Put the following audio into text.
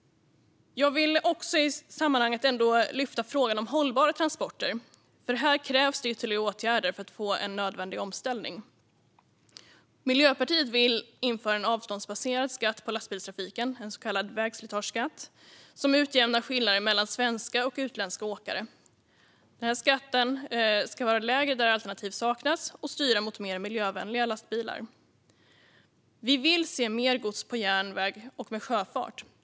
Jag vill i sammanhanget också lyfta upp frågan om hållbara transporter. Här krävs ytterligare åtgärder för att få en nödvändig omställning. Miljöpartiet vill införa en avståndsbaserad skatt på lastbilstrafik, så kallad vägslitageskatt, som utjämnar skillnaderna mellan svenska och utländska åkare. Skatten ska vara lägre där alternativ saknas och styra mot mer miljövänliga lastbilar. Vi vill se mer gods på järnväg och med sjöfart.